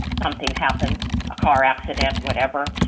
something happens, a car accident, whatever,